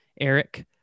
Eric